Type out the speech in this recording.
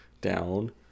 down